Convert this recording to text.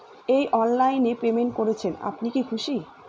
এই অনলাইন এ পেমেন্ট করছেন আপনি কি খুশি?